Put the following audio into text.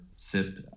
SIP